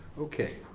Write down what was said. okay,